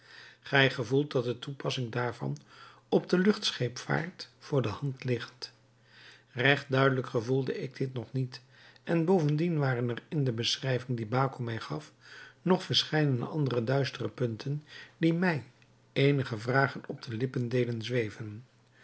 gij gevoelt dat de toepassing daarvan op de luchtscheepvaart voor de hand ligt recht duidelijk gevoelde ik dit nog niet en bovendien waren er in de beschrijving die baco mij gaf nog verscheidene andere duistere punten die mij eenige vragen op de lippen deden zweven